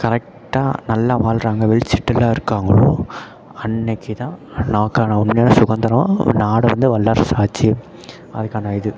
கரெக்டாக நல்லா வாழ்றாங்க வெளிச்சத்தில் இருக்காங்களோ அன்றைக்கு தான் நமக்கான உண்மையான சுதந்திரம் நாடு வந்து வல்லரசு ஆச்சு அதுக்கான இது